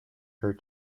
her